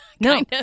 no